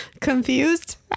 Confused